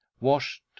washed